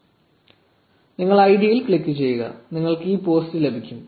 0903 നിങ്ങൾ ഐഡിയിൽ ക്ലിക്ക് ചെയ്യുക നിങ്ങൾക്ക് ഈ പോസ്റ്റ് ലഭിക്കും